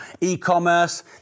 e-commerce